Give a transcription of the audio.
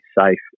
safe